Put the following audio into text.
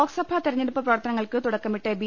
ലോക്സഭാ തിരഞ്ഞെടുപ്പ് പ്രവർത്തനങ്ങൾക്ക് തുടക്കമിട്ട് ബി